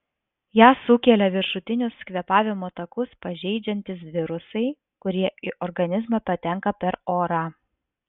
ją sukelia viršutinius kvėpavimo takus pažeidžiantys virusai kurie į organizmą patenka per orą